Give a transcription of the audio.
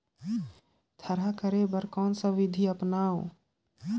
थरहा करे बर कौन सा विधि अपन?